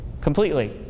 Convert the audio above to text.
completely